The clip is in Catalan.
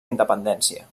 independència